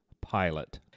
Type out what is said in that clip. pilot